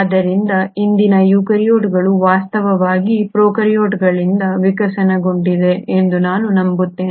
ಆದ್ದರಿಂದ ಇಂದಿನ ಯೂಕ್ಯಾರಿಯೋಟ್ಗಳು ವಾಸ್ತವವಾಗಿ ಪ್ರೊಕಾರ್ಯೋಟ್ಗಳಿಂದ ವಿಕಸನಗೊಂಡಿವೆ ಎಂದು ನಾವು ನಂಬುತ್ತೇವೆ